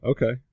Okay